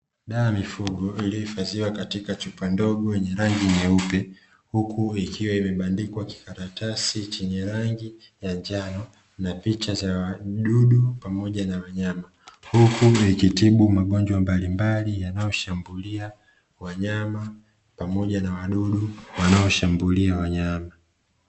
Dawa ya mifugo iliyohifadhiwa katika chupa ndogo yenye rangi nyuepe, huku ikiwa imebandikwa kikaratasi chenye rangi ya njano na picha za wadudu pamoja na wanyama, huku ikitibu magonjwa mbalimbali yanayoshambulia wanyama pamoja na wadudu wanaoshambulia wanyama.